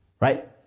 Right